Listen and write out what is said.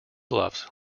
bluffs